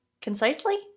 concisely